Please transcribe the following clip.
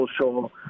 social